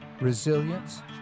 resilience